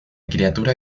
criatura